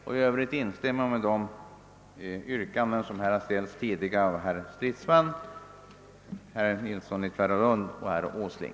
I övrigt instämmer jag i de yrkanden som tidigare framställts av herrar Stridsman, Nilsson i Tvärålund och Åsling.